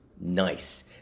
nice